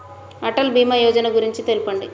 అటల్ భీమా యోజన గురించి తెలుపండి?